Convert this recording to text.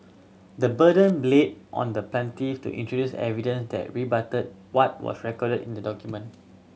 the burden on the plaintiff to introduce evidence that rebutted what was recorded in the document